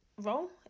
role